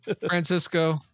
Francisco